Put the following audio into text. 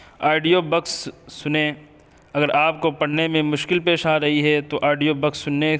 audio books سنیں اگر آپ کو پڑھنے میں مشکل پیش آ رہی ہے تو آڈیو بکس سننے